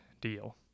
deal